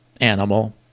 animal